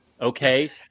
okay